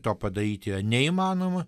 to padaryt yra neįmanoma